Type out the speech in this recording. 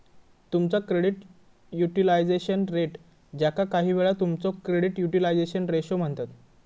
तुमचा credit utilisation rate, ज्याका काहीवेळा तुमचो क्रेडिट युटिलायझेशन रेशो म्हणतत